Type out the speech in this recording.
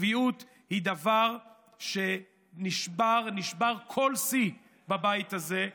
הצביעות היא דבר שנשבר, נשבר כל שיא בבית הזה,